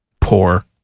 poor